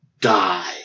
die